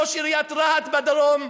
מראש עיריית רהט בדרום,